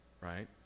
right